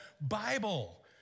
Bible